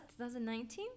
2019